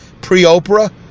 pre-Oprah